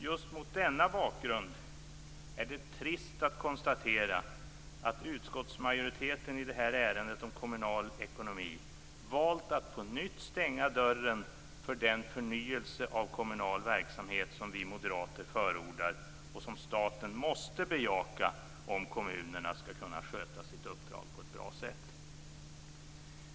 Just mot denna bakgrund är det trist att konstatera att utskottsmajoriteten i detta ärende, som handlar om kommunal ekonomi, valt att på nytt stänga dörren för den förnyelse av kommunal verksamhet som vi moderater förordar och som staten måste bejaka för att kommunerna skall kunna sköta sitt uppdrag på ett bra sätt.